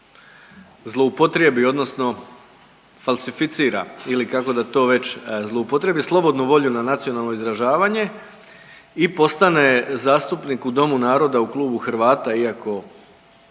zloupotrijebi odnosno falsificira ili kako da to već zloupotrijebi slobodnu volju na nacionalno izražavanje i postane zastupnik u Domu naroda u Klubu Hrvata iako objektivno